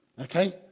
okay